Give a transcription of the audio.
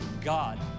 God